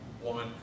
one